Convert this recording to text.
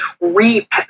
reap